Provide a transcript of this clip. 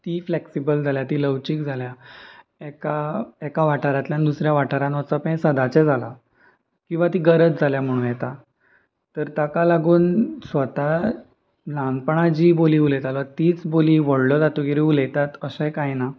ती फ्लॅक्सिबल जाल्या ती लवचीक जाल्या एका एका वाठारांतल्यान दुसऱ्या वाठारांत वचप हें सदाचें जालां किंवां ती गरज जाल्या म्हणूं येता तर ताका लागून स्वता ल्हानपणा जी बोली उलयतालो तीच बोली व्हडलो जातगीर उलयतात अशें कांय ना